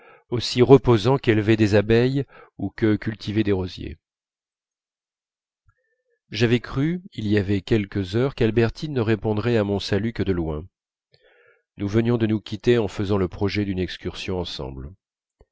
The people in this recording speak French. aussi reposant qu'élever des abeilles ou que cultiver des rosiers j'avais cru il y avait quelques heures qu'albertine ne répondrait à mon salut que de loin nous venions de nous quitter en faisant le projet d'une excursion ensemble